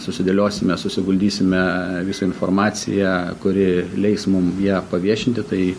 susidėliosime susivaldysime visą informaciją kuri leis mum ją paviešinti tai